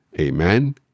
Amen